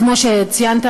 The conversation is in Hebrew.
כמו שציינת,